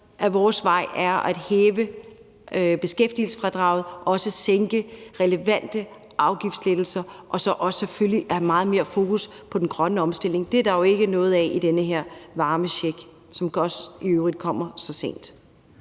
vores vej er at hæve beskæftigelsesfradraget og sænke relevante afgifter og så selvfølgelig have meget mere fokus på den grønne omstilling. Det er der jo ikke noget af i den her varmecheck, som i øvrigt også kommer sent.